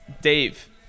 Dave